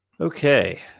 Okay